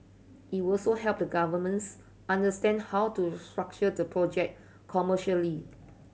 it will also help the governments understand how to structure the project commercially